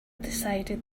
decided